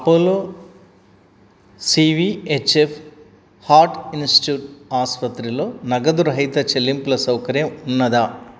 Apollo CVHF heart institute ఆస్పత్రిలో నగదురహిత చెల్లింపుల సౌకర్యం ఉన్నదా